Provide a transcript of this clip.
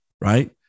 right